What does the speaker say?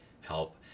help